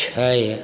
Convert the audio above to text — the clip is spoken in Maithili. छय